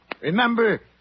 Remember